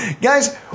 guys